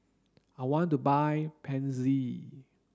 I want to buy Pansy